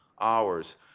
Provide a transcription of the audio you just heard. hours